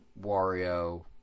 Wario